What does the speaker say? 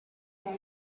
very